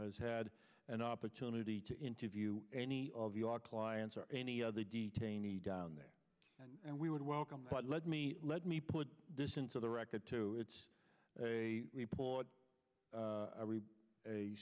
has had an opportunity to interview any of your clients or any other detainees down there and we would welcome but let me let me put this into the record too it's a report a